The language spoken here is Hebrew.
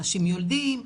אנשים יולדים,